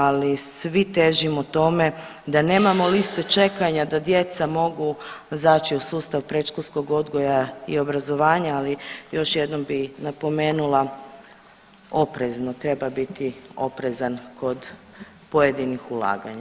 Ali svi težimo tome da nemamo liste čekanja da djeca mogu zaći u sustav predškolskog odgoja i obrazovanja, ali još jednom bih napomenula oprezno treba biti oprezan kod pojedinih ulaganja.